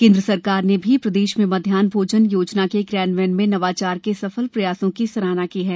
केंद्र सरकार ने भी प्रदेश में मध्यान्ह भोजन योजना के क्रियान्वयन में नवाचार के सफल प्रयासों की सराहना की है